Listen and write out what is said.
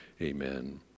Amen